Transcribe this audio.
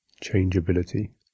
changeability